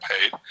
paid